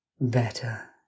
better